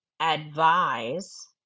advise